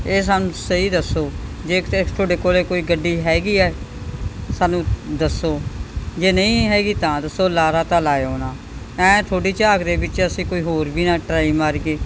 ਇਹ ਸਾਨੂੰ ਸਹੀ ਦੱਸੋ ਜੇ ਕਿਤੇ ਤੁਹਾਡੇ ਕੋਲ ਕੋਈ ਗੱਡੀ ਹੈਗੀ ਹੈ ਸਾਨੂੰ ਦੱਸੋ ਜੇ ਨਹੀਂ ਹੈਗੀ ਤਾਂ ਦੱਸੋ ਲਾਰਾ ਤਾਂ ਲਾਇਓ ਨਾ ਹੈਂ ਤੁਹਾਡੀ ਝਾਕ ਦੇ ਵਿੱਚ ਅਸੀਂ ਕੋਈ ਹੋਰ ਵੀ ਨਾ ਟਰਾਈ ਮਾਰੀਏ